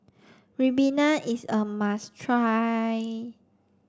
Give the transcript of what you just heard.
Ribena is a must try